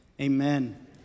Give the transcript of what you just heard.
Amen